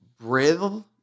Brill